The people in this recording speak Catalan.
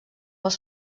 els